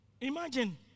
imagine